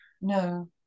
no